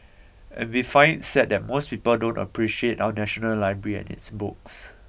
and we find it sad that most people don't appreciate our national library and its books